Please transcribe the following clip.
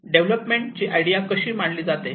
development ची idea कशी मांडली जाते